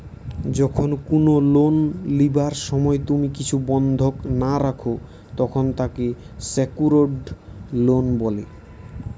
যখন কুনো লোন লিবার সময় তুমি কিছু বন্ধক না রাখো, তখন তাকে সেক্যুরড লোন বলে